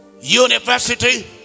university